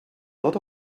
lot